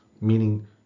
meaning